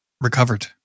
recovered